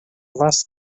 less